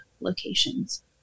locations